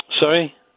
Sorry